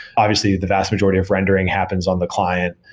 obviously, the vast majority of rendering happens on the client,